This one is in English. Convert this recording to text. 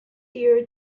year